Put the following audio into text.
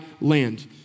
land